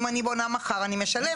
אם אני בונה מחר אני משלמת.